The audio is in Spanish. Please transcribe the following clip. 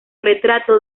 retrato